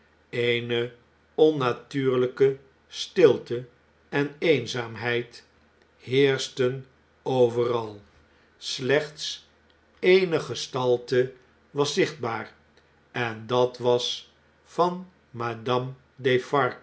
eene onnatuurlijke stilte en eenzaamheid heerschten overal slechts eene gestalte was zichtbaar en dat was van madame